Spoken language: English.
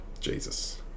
Jesus